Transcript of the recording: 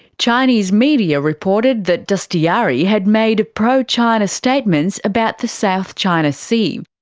chinese media reported that dastyari had made pro-china statements about the south china sea.